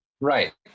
Right